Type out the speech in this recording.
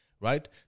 right